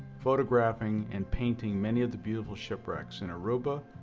photographing, and painting many of the beautiful shipwrecks in aruba,